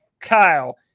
Kyle